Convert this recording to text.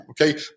okay